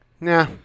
Nah